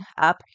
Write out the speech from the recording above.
up